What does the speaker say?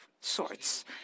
sorts